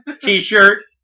t-shirt